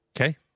Okay